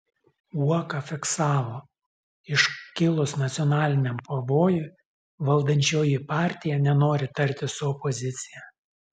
uoka fiksavo iškilus nacionaliniam pavojui valdančioji partija nenori tartis su opozicija